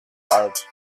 alt